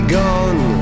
gone